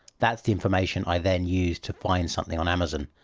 that's the information i then used to find something on amazon.